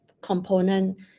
component